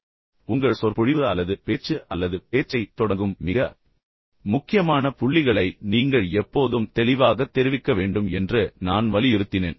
இறுதியாக உங்கள் சொற்பொழிவு அல்லது பேச்சு அல்லது பேச்சைத் தொடங்கும் மிக முக்கியமான புள்ளிகளை நீங்கள் எப்போதும் தெளிவாகத் தெரிவிக்க வேண்டும் என்று நான் வலியுறுத்தினேன்